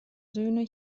söhne